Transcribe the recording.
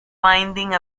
finding